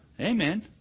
Amen